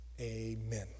Amen